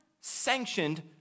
sanctioned